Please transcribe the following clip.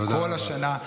כל השנה, תודה.